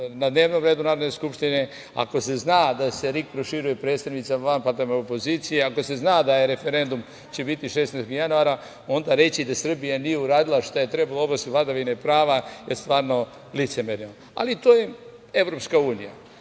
na dnevnom redu Narodne skupštine, ako se zna da se RIK proširuje predstavnicima vanparlamentarne opozicije, ako se zna da će referendum biti 16. januara, onda reći da Srbija nije uradila šta je trebalo u oblasti vladavine prava je stvarno licemerno, ali to je EU. Mi